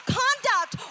conduct